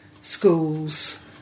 schools